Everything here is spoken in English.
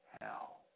hell